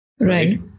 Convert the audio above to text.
right